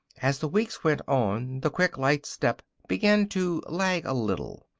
as the weeks went on, the quick, light step began to lag a little.